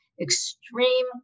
extreme